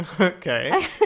okay